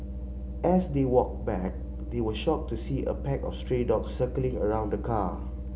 as they walked back they were shocked to see a pack of stray dogs circling around the car